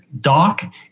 Doc